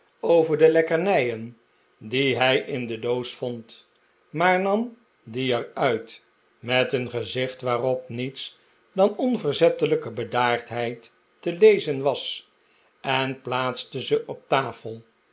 over de lekkernijen die hij in de doos vond maar nam die er uit met een gezicht waarop niets dan onverzettelijke bedaardheid te lezen was en plaatste ze op de tafel